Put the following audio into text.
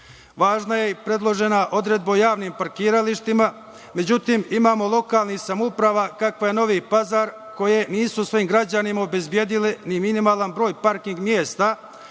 je i predložena odredba o javnim parkiralištima, međutim, imamo lokalne samouprave kakva je Novi Pazar, koje nisu svojim građanima obezbedile ni minimalan broj parking mesta,